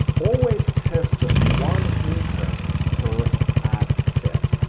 always test just one interest per ad set.